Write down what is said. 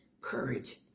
courage